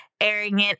arrogant